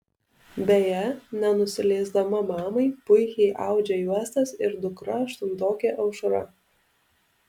beje nenusileisdama mamai puikiai audžia juostas ir dukra aštuntokė aušra